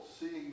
seeing